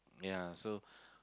ya so